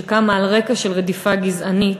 שקמה על רקע של רדיפה גזענית,